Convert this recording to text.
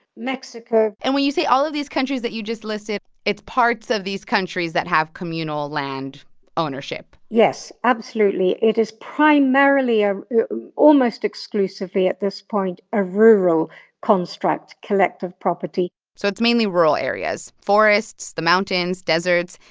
mexico and when you say all of these countries that you just listed, it's parts of these countries that have communal land ownership yes, absolutely. it is primarily or almost exclusively at this point a rural construct collective property so it's mainly rural areas forests, the mountains, deserts.